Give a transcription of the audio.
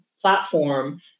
platform